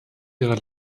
ihrer